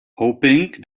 hoping